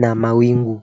na mawingu.